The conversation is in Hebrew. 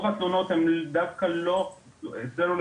לפחות אצלנו,